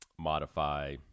modify